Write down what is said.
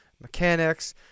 mechanics